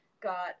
got